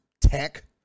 Tech